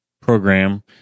program